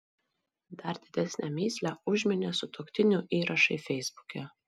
dar didesnę mįslę užminė sutuoktinių įrašai feisbuke